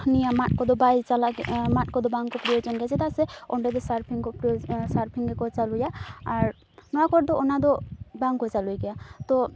ᱱᱤᱭᱟᱹ ᱢᱟᱫ ᱠᱚᱫᱚ ᱵᱟᱭ ᱪᱟᱞᱟᱜ ᱢᱟᱫ ᱠᱚᱫᱚ ᱵᱟᱝ ᱠᱚ ᱯᱨᱳᱭᱳᱡᱚᱱ ᱜᱮᱭᱟ ᱪᱮᱫᱟᱜ ᱥᱮ ᱚᱸᱰᱮ ᱫᱚ ᱥᱟᱨᱯᱷᱤᱝ ᱠᱚ ᱥᱟᱨᱯᱷᱤᱝ ᱜᱮᱠᱚ ᱪᱟᱹᱞᱩᱭᱟ ᱟᱨ ᱱᱚᱣᱟ ᱠᱚᱨᱮ ᱫᱚ ᱚᱱᱟ ᱫᱚ ᱵᱟᱝ ᱪᱟᱹᱞᱩᱭ ᱜᱮᱭᱟ ᱛᱚ